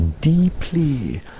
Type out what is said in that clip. deeply